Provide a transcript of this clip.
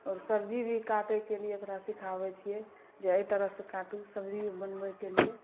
आओर सब्जी भी काटैके लिए ओकरा सिखाबै छिए जे एहि तरहसँ काटू सब्जी बनबैके लिए